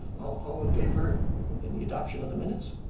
all in favor in the adoption of the minutes?